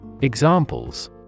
Examples